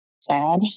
sad